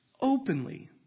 openly